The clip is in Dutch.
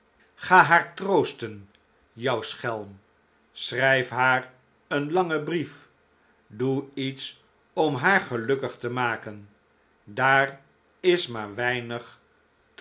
ga haar troosten jou schelm schrijfhaar een langen brief doe iets om haar gelukkig te maken daar is maar weinig